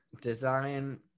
Design